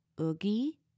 oogie